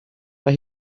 mae